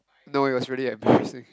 no it was really embarrassing